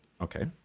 okay